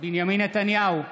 בנימין נתניהו,